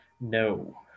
No